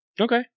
okay